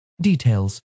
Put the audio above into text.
Details